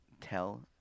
tell